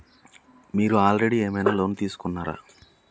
మీరు ఆల్రెడీ ఏమైనా లోన్ తీసుకున్నారా?